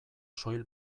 soil